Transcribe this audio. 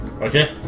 Okay